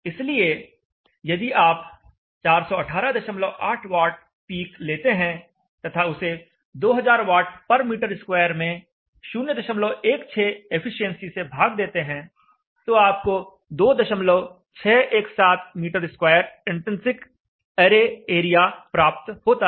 इसलिए यदि आप 4188 वाट पीक लेते हैं तथा उसे 2000 वाट पर मीटर स्क्वायर में 016 एफिशिएंसी से भाग देते हैं तो आपको 2617 metre square intrinsic array area प्राप्त होता है